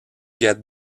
get